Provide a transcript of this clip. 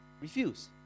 refuse